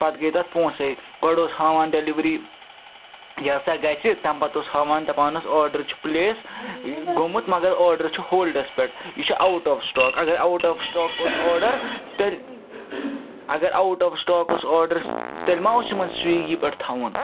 پَتہٕ گٔے تَتھ پونٛسے گۄڈٕ اوس ہاوان ڈیٚلِؤری یہِ ہَسا گژھِ تَمہِ پَتہٕ اوس ہاوان دَپان اوس آرڈَر چھِ پٕلیس یہِ گوٚمُت مگر آرڈَر چھِ ہولڈَس پٮ۪ٹھ یہِ چھِ آوُٹ آف سِٹاک اگر آوُٹ آف سِٹاک اوس آرڈَر تیٚلہِ اگر آوُٹ آف سِٹاک اوس آرڈرس تیٚلہِ مَہ اوس یِمَن سُوِگی پٮ۪ٹھ تھاوُن